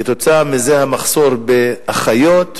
וכתוצאה מזה המחסור באחיות ובמינהלה,